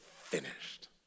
finished